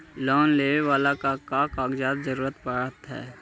Loan लेवेला का का कागजात जरूरत पड़ हइ?